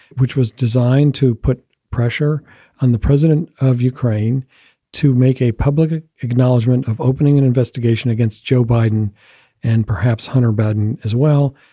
which was designed to put pressure on the president of ukraine to make a public acknowledgment of opening an investigation against joe biden and perhaps hunter biden as well.